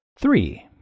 Three